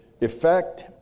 effect